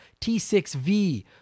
T6V